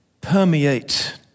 permeate